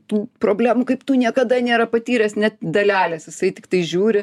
tų problemų kaip tu niekada nėra patyręs net dalelės jisai tiktai žiūri